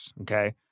okay